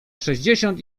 sześćdziesiąt